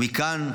מכאן,